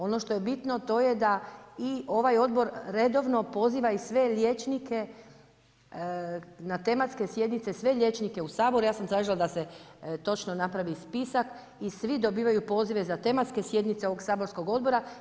Ono što je bitno, to je da i ovaj odbor redovno, poziva i sve liječnike na tematske sjednice, sve liječnike u Sabor, ja sam tražila da se točno napravi spisak i svi dobivaju pozive na tematske sjednice ovog saborskog odbora.